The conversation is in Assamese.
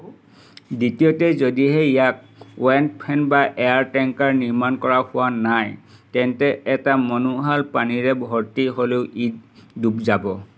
দ্বিতীয়তে যদিহে ইয়াক ৱাৰেণ্ট ফেন বা এয়াৰ টেংকাৰ নিৰ্মাণ কৰা হোৱা নাই তেন্তে এটা মনোহাল পানীৰে ভৰ্তি হ'লেও ই ডুব যাব